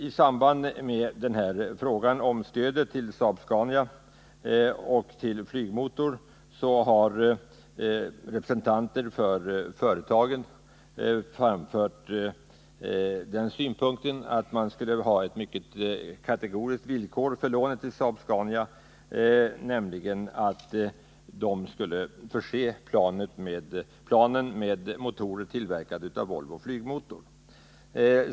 I samband med frågan om stödet till Saab-Scania och till Volvo Flygmotor har representanter för företagen framfört den synpunkten att man skulle ha ett kategoriskt villkor för lånet till Saab-Scania, nämligen att företaget skulle förse planen med motorer tillverkade av Volvo Flygmotor.